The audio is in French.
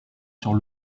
sur